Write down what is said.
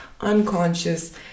unconscious